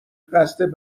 قصد